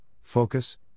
focus